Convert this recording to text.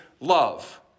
love